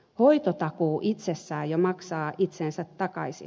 hoitotakuu itsessään jo maksaa itsensä takaisin